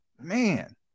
man